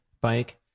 bike